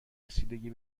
رسیدگی